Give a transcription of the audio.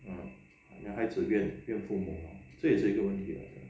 mm 孩子怨怨父母这也是个问题:hai zi yuan fu mu zhe ye shi ge wen ti